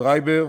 טרייבר,